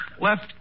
Left